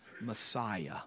Messiah